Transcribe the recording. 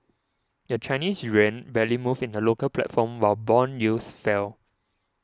the Chinese yuan barely moved in the local platform while bond yields fell